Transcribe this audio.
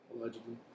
Allegedly